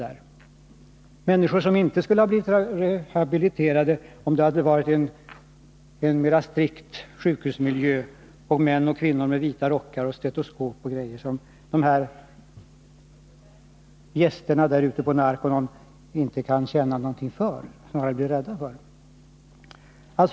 Dessa människor skulle inte ha blivit rehabiliterade, om det hade varit en mera strikt sjukhusmiljö med män och kvinnor i vita rockar, som gästerna på Narcononhemmet inte kan känna någonting för, snarare blir rädda för.